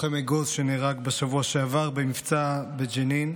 לוחם אגוז שנהרג בשבוע שעבר במבצע בג'נין.